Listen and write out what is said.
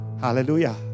Hallelujah